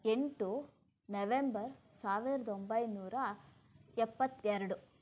ಎಂಟು ನವೆಂಬರ್ ಸಾವಿರದ ಒಂಬೈನೂರ ಎಪ್ಪತ್ತೆರಡು